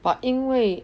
but 因为